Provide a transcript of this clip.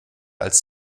als